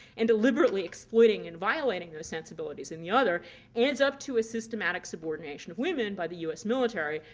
and deliberately exploiting and violating those sensibilities in the other adds up to a systematic subordination of women by the us military,